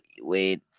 wait